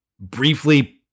briefly